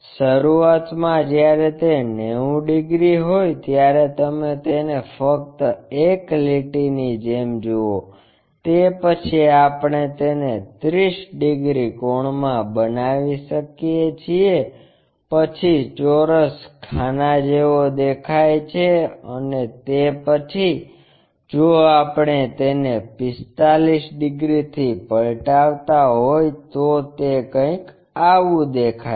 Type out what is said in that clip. શરૂઆતમાં જ્યારે તે 90 ડિગ્રી હોય ત્યારે તમે તેને ફક્ત એક લીટીની જેમ જુઓ તે પછી આપણે તેને 30 ડિગ્રી કોણમાં બનાવી શકીએ છીએ પછી ચોરસ આના જેવો દેખાય છે અને તે પછી જો આપણે તેને 45 ડિગ્રીથી પલટાવતા હોય તો તે તે કઈક આવું દેખાય છે